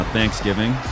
Thanksgiving